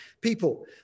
people